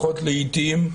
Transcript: לפחות לעיתים,